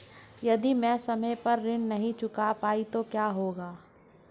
यदि मैं समय पर ऋण नहीं चुका पाई तो क्या होगा?